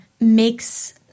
makes